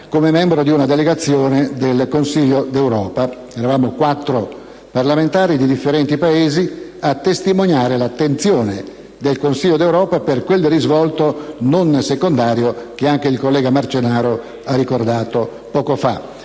come membro di una delegazione del Consiglio d'Europa. Eravamo quattro parlamentari di differenti Paesi a testimoniare l'attenzione del Consiglio d'Europa per quel risvolto non secondario che anche il collega Marcenaro ha ricordato poco fa,